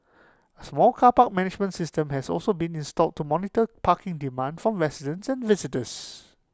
A smart car park management system has also been installed to monitor parking demand from residents and visitors